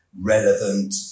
relevant